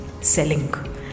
Selling